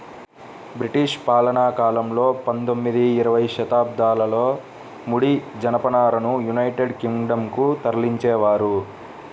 British పాలనాకాలంలో పందొమ్మిది, ఇరవై శతాబ్దాలలో ముడి జనపనారను యునైటెడ్ కింగ్ డం కు తరలించేవారు